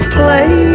play